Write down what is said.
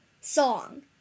song